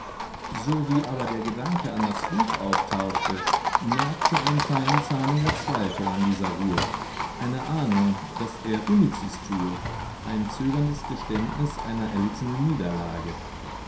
werde sowie aber der gedanke an das buch auftauchte nagte ein feinzahniger zweifel an dieser ruhe eine ahnung daß er unnützes tue ein zögerndes geständnis einer erlittenen niederlage